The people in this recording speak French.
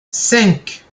cinq